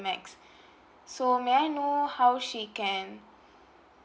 'A' maths so may I know how she can